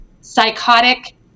psychotic